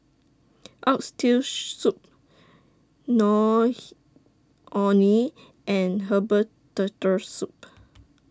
Oxtail Soup Nor He Orh Nee and Herbal Turtle Soup